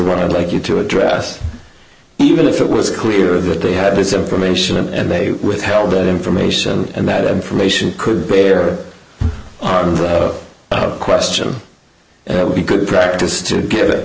i'd like you to address even if it was clear that they had this information and they withheld that information and that information could bear on the question and it would be good practice to give it